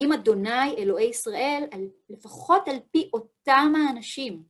עם אדוני אלוהי ישראל, לפחות על פי אותם האנשים.